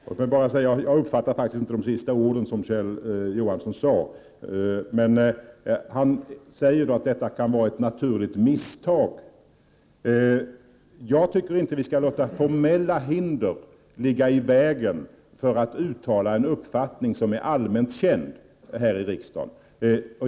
Herr talman! Låt mig bara säga att jag inte uppfattade de sista orden i Kjell Johanssons replik. Han sade i alla fall att detta kan vara ett naturligt misstag. Jag tycker inte att vi skall låta formella hinder ligga i vägen för ett uttalande av en uppfattning som är allmänt känd här i riksdagen.